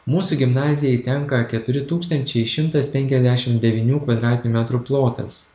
mūsų gimnazijai tenka keturi tūkstančiai šimtas penkiasdešim devynių kvadratinių metrų plotas